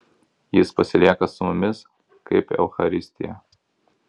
jis pasilieka su mumis kaip eucharistija